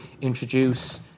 introduce